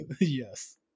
Yes